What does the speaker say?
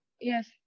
yes